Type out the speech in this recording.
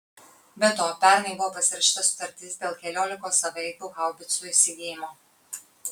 be to pernai buvo pasirašyta sutartis dėl keliolikos savaeigių haubicų įsigijimo